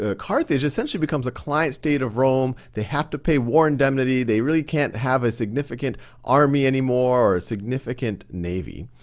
ah carthage essentially becomes a client state of rome. they have to pay war indemnity. they really can't have a significant army anymore or a significant navy.